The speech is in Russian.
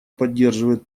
поддерживает